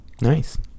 Nice